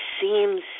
seems